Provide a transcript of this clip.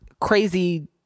crazy